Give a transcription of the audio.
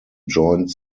joined